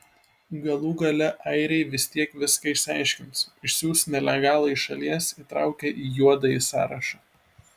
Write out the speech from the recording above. galų gale airiai vis tiek viską išsiaiškins išsiųs nelegalą iš šalies įtraukę į juodąjį sąrašą